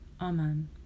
amen